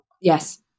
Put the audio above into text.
yes